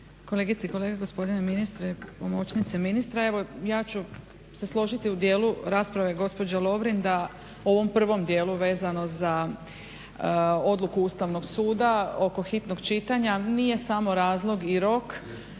kolegice i kolege, gospodine ministre, pomoćnice ministra. Evo ja ću se složiti u dijelu rasprave gospođe Lovrin, u ovom prvom dijelu vezano za odluku Ustavnog suda oko hitnog čitanja. Nije samo razlog i rok,